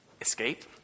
escape